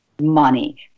money